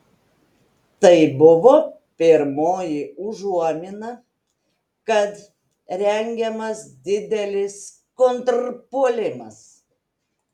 tai buvo pirmoji užuomina kad rengiamas didelis kontrpuolimas